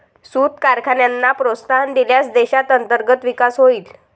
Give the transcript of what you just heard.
सूत कारखान्यांना प्रोत्साहन दिल्यास देशात अंतर्गत विकास होईल